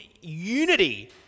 unity